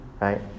right